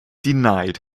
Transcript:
denied